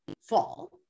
fall